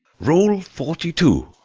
rule forty-two.